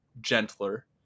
gentler